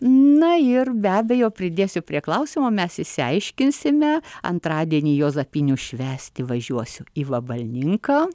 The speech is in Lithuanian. na ir be abejo pridėsiu prie klausimo mes išsiaiškinsime antradienį juozapinių švęsti važiuosiu į vabalninką